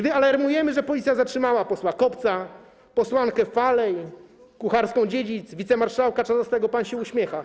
Gdy alarmujemy, że policja zatrzymała posła Kopca, posłankę Falej, Kucharską-Dziedzic, wicemarszałka Czarzastego, pan się uśmiecha.